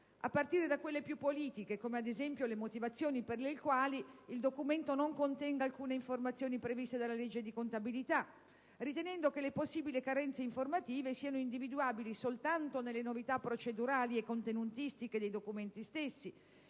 A partire da quelle più «politiche», come ad esempio le motivazioni per le quali il documento non contiene alcune informazioni previste dalla legge di contabilità, ritenendosi che le possibili carenze informative siano individuabili soltanto nelle novità procedurali e contenutistiche dei documenti stessi,